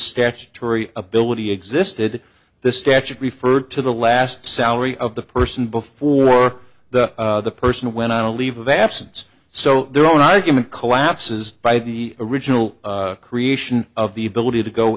statutory ability existed the statute referred to the last salary of the person before the person went on a leave of absence so their own argument collapses by the original creation of the ability to go